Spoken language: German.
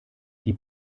die